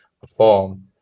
perform